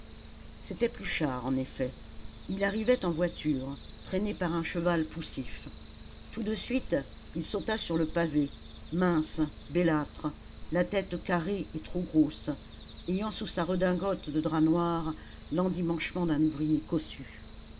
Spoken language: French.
c'était pluchart en effet il arrivait en voiture traîné par un cheval poussif tout de suite il sauta sur le pavé mince bellâtre la tête carrée et trop grosse ayant sous sa redingote de drap noir l'endimanchement d'un ouvrier cossu